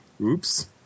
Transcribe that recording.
oops